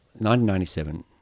1997